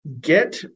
get